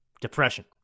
depression